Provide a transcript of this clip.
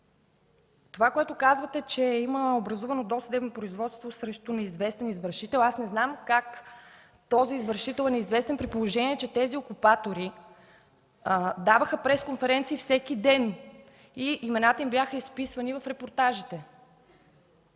Това, което казвате, че е образувано досъдебно производство срещу неизвестен извършител – аз не знам как този извършител е неизвестен, при положение че тези окупатори даваха пресконференции всеки ден и имената им бяха изписвани в репортажите?!